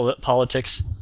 politics